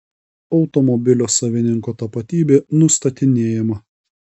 automobilio savininko tapatybė nustatinėjama